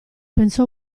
pensò